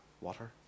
Water